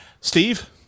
Steve